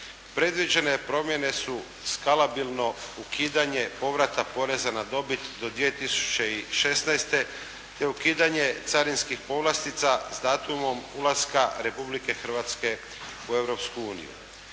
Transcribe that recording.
Predviđene promjene su skalabilno ukidanje povrata poreza na dobit do 2016., te ukidanje carinskih povlastica s datumom ulaska Republike Hrvatske u